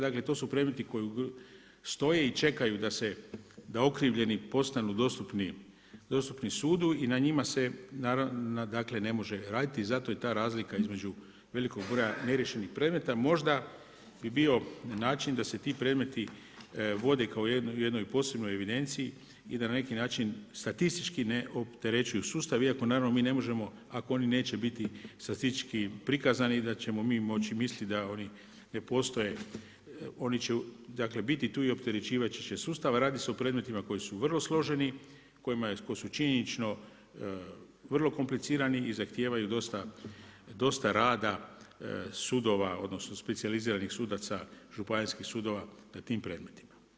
Dakle to su predmeti koji stoje i čekaju da okrivljeni postanu dostupni sudu i na njima se naravno, dakle ne može raditi i zato je ta razlika između velikog broja ne riješenih predmeta, možda bi bio način da se ti predmeti vode kao u jednoj posebnoj evidenciji i da na neki način statistički ne opterećuju sustav iako naravno mi ne možemo ako oni neće biti statistički prikazani da ćemo mi moći misliti da oni ne postoje, oni će dakle biti tu i opterećivati će sustav a radi se o predmetima koji su vrlo složeni, koji su činjenično vrlo komplicirani i zahtijevaju dosta rada sudova odnosno specijaliziranih sudaca županijskih sudova na tim predmetima.